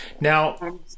Now